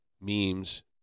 memes